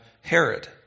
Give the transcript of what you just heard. Herod